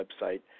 website